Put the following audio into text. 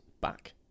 back